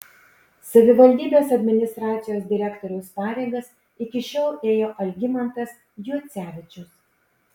savivaldybės administracijos direktoriaus pareigas iki šiol ėjo algimantas juocevičius